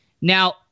Now